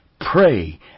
pray